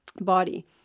body